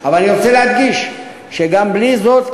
אבל אני רוצה להדגיש שגם בלי זאת,